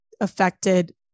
affected